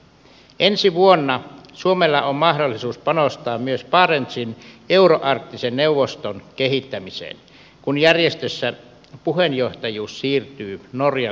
ensi vuonna suomella on mahdollisuus panostaa myös barentsin euroarktisen neuvoston kehittämiseen kun järjestössä puheenjohtajuus siirtyy norjalta suomelle